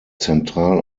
zentral